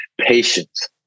patience